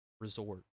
resort